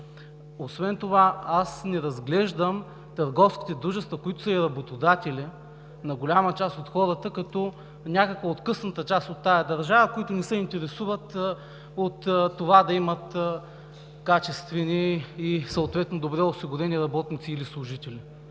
Освен това аз не разглеждам търговските дружества, които са и работодатели на голяма част от хората, като някаква откъсната част от тази държава, които не се интересуват от това да имат качествени и съответно добре осигурени работници или служители.